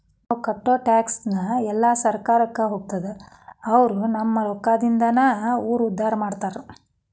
ನಾವ್ ಕಟ್ಟೋ ಟ್ಯಾಕ್ಸ್ ಎಲ್ಲಾ ಸರ್ಕಾರಕ್ಕ ಹೋಗ್ತದ ಅವ್ರು ನಮ್ ರೊಕ್ಕದಿಂದಾನ ಊರ್ ಉದ್ದಾರ ಮಾಡ್ತಾರಾ